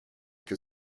que